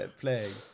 playing